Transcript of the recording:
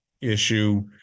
issue